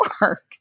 work